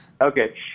Okay